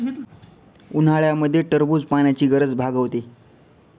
उन्हाळ्यामध्ये टरबूज पाण्याची गरज भागवते